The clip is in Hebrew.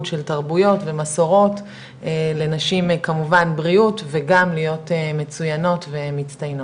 של תרבויות ומסורות לנשים כמובן בריאות וגם להיות מצוינות ומצטיינות.